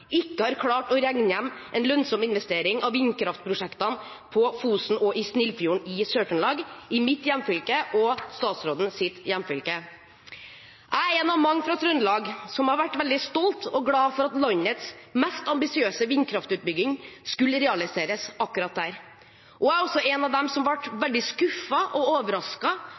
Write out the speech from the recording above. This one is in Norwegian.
ikke har klart å regne hjem en lønnsom investering av vindkraftprosjektene på Fosen og i Snillfjord i Sør-Trøndelag – mitt og statsrådens hjemfylke. Jeg er en av mange fra Trøndelag som har vært stolt av og glad for at landets mest ambisiøse vindkraftutbygging skulle realiseres akkurat der. Jeg er også en av dem som